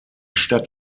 stadt